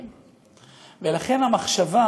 ולכן, המחשבה